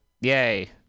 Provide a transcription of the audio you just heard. yay